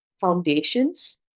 foundations